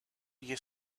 you